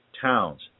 towns